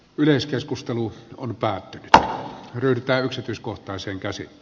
yleiskeskustelu on päättynyt ryhdytä yksityiskohtaisen käsi